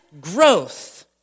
growth